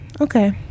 okay